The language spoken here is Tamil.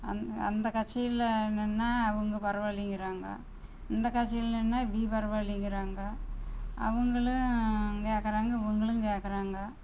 அந் அந்த கட்சியில் நின்னால் அவங்க பரவாயில்லைங்கிறாங்க இந்த கட்சியில் நின்னால் வீ பரவாயில்லைங்கறாங்க அவங்களும் கேட்கறாங்க இவங்களும் கேட்கறாங்க